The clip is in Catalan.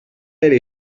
pere